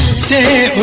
say